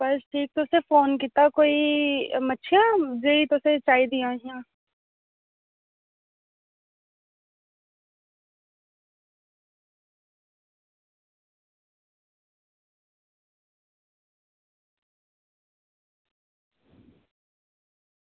बस तुसें फोन कीता कोई मच्छियां जेही तुसें ई चाहिदियां हियां